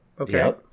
Okay